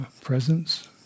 presence